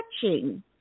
touching